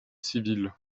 civil